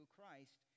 Christ